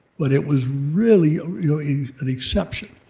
but it was really ah really an exception.